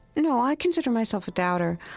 no, i consider myself a doubter.